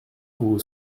vous